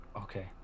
Okay